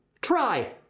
Try